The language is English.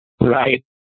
Right